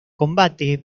combate